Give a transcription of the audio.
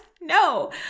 No